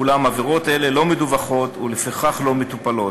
אולם עבירות אלה לא מדווחות, ולפיכך לא מטופלות.